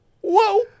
Whoa